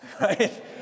right